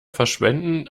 verschwenden